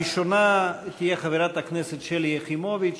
הראשונה תהיה חברת הכנסת שלי יחימוביץ.